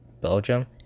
Belgium